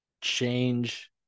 change